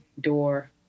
door